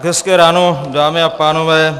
Hezké ráno, dámy a pánové.